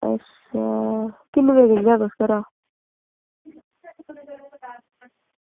किन्ने बजे पुजदे तुस घरा